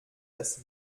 das